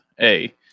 A-